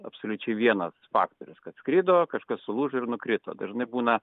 absoliučiai vienas faktorius kad skrido kažkas sulūžo ir nukrito dažnai būna